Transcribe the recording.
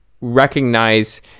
recognize